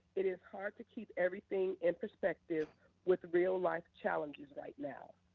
it is hard to keep everything in perspective with real-life challenges right now.